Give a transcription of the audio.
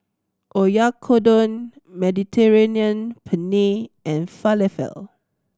Oyakodon Mediterranean Penne and Falafel